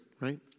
Right